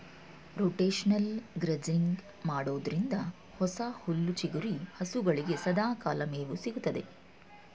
rotational grazing ಮಾಡೋದ್ರಿಂದ ಹೊಸ ಹುಲ್ಲು ಚಿಗುರಿ ಹಸುಗಳಿಗೆ ಸದಾಕಾಲ ಮೇವು ಸಿಗುತ್ತದೆ